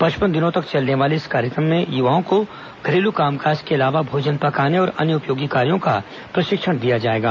पचपन दिनों तक चलने वाले इस कार्यक्रम युवाओं को घरेलू कामकाज के अलावा भोजन पकाने और अन्य उपयोगी कार्यों का प्रशिक्षण दिया जाएगा